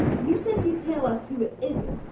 you said you'd tell us who it isn't,